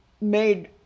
made